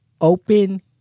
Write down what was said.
Open